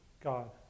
God